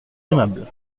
aimable